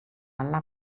alla